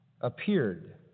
Appeared